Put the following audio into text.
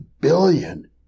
billion